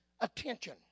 attention